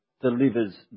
delivers